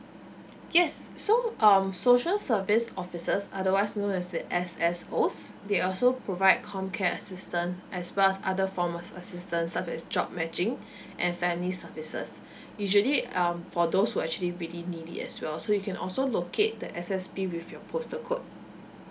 yes so um social service officers otherwise known as the S_S_Os they also provide comcare assistance as well as other form of assistance such as job matching and family services usually um for those who actually really need it as well so you can also locate the S_S_P with your postal code